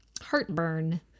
heartburn